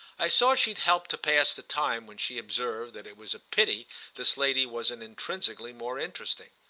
i saw she'd help to pass the time when she observed that it was a pity this lady wasn't intrinsically more interesting.